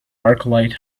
arclight